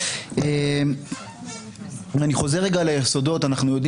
כשאפילו אם אין רוב לבית המשפט אבל נותרו